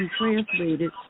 translated